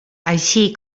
així